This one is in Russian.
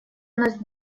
над